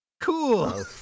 Cool